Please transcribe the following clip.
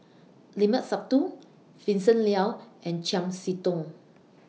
Limat Sabtu Vincent Leow and Chiam See Tong